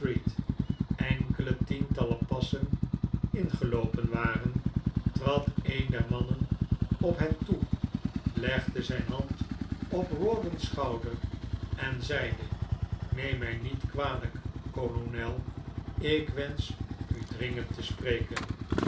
enkele tientallen passen in geloopen waren trad een der mannen op hen toe legde zijn hand op rawdon's schouder en zeide neem mij niet kwalijk kolonel ik wensch u dringend te spreken